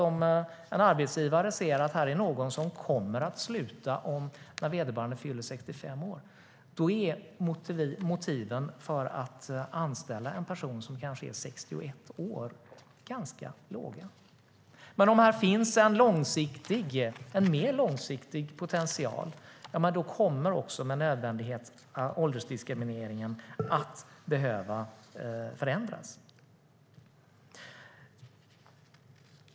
Om en arbetsgivare ser att det är någon som kommer att sluta när vederbörande fyller 65 år är motiven för att anställa en person som kanske är 61 år ganska svaga. Men om det finns en mer långsiktig potential kommer med nödvändighet åldersdiskrimineringen att behöva förändras.